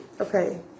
okay